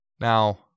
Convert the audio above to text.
Now